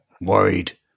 worried